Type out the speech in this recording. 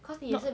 not